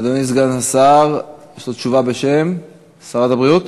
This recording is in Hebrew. אדוני סגן השר, יש לו תשובה בשם משרד הבריאות.